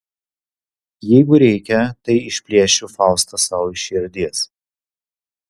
jeigu reikia tai išplėšiu faustą sau iš širdies